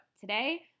today